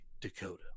Dakota